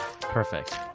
Perfect